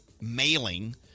mailing